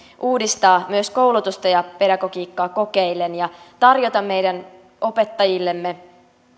uudistaa myös koulutusta ja pedagogiikkaa kokeillen ja tarjota meidän opettajillemme